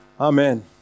Amen